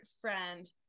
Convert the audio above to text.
friend